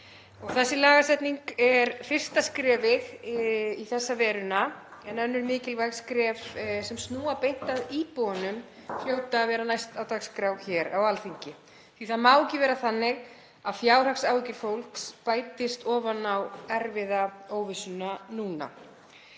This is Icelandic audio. Þessi lagasetning er fyrsta skrefið í þessa veruna en önnur mikilvæg skref sem snúa beint að íbúunum hljóta að vera næst á dagskrá hér á Alþingi því að það má ekki vera þannig að fjárhagsáhyggjur fólks bætist ofan á erfiða óvissuna núna.